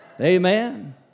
Amen